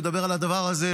אדוני היושב-ראש,